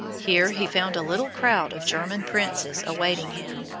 here he found a little crowd of german princes awaiting him,